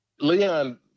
Leon